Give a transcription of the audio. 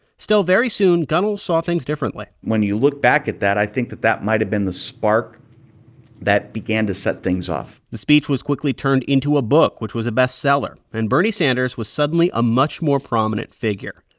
still, very soon, gunnels saw things differently when you look back at that, i think that that might have been the spark that began to set things off the speech was quickly turned into a book, which was a bestseller. and bernie sanders was suddenly a much more prominent figure.